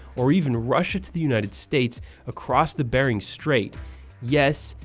or even russia to the united states across the bering strait yes,